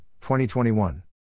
2021